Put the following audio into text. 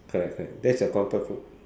correct correct that's your comfort food